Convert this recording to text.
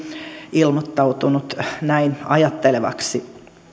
ilmoittautunut näin ajattelevaksi